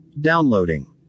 Downloading